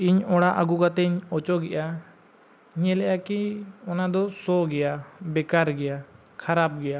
ᱤᱧ ᱚᱲᱟᱜ ᱟᱹᱜᱩ ᱠᱟᱛᱮᱫ ᱤᱧ ᱚᱪᱚᱜᱮᱜᱼᱟ ᱧᱮᱞᱮᱜᱼᱟ ᱠᱤ ᱚᱱᱟ ᱫᱚ ᱥᱚ ᱜᱮᱭᱟ ᱵᱮᱠᱟᱨ ᱜᱮᱭᱟ ᱠᱷᱟᱨᱟᱯ ᱜᱮᱭᱟ